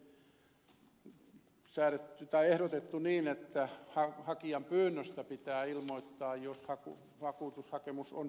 hallituksen esityksessä oli ehdotettu että hakijan pyynnöstä pitää ilmoittaa jos vakuutushakemus on hylätty